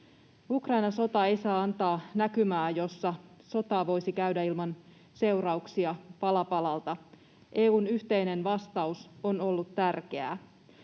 Ukrainan sota ei saa antaa näkymää, jossa sotaa voisi käydä ilman seurauksia pala palalta. EU:n yhteinen vastaus on ollut tärkeää.